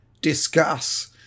Discuss